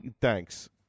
Thanks